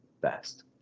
best